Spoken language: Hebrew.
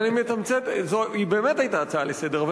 היא באמת היתה הצעה לסדר-היום,